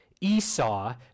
Esau